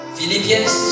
Philippians